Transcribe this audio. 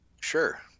Sure